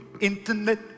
internet